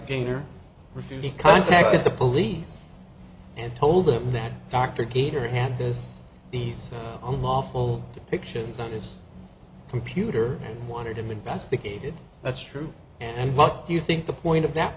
gainer refused he contacted the police and told him that dr kedar hand this these awful depictions on his computer and wanted him investigated that's true and what do you think the point of that